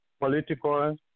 political